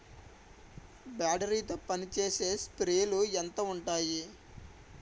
Battery తో పనిచేసే స్ప్రేలు ఎంత ఉంటాయి?